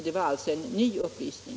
Det var en ny upplysning.